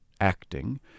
acting